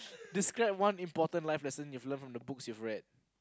describe one important life lesson you've learnt from the books you've read